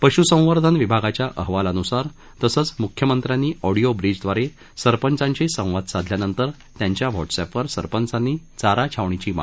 पश्संवर्धन विभागाच्या अहवालान्सार तसंच म्ख्यमंत्र्यांनी ऑडीओ ब्रीजद्वारे सरपंचांशी संवाद साधल्यानंतर त्यांच्या व्हॉट्सअपवर सरपंचांनी चारा छावणीची मागणी केली होती